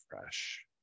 fresh